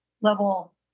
level